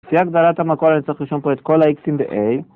לפי הגדלת המקור אני צריך לרשום פה את כל ה-Xים ב-A.